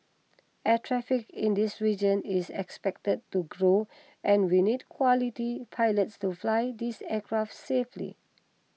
air traffic in this region is expected to grow and we need quality pilots to fly these aircraft safely